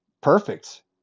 perfect